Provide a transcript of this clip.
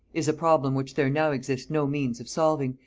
is a problem which there now exist no means of solving,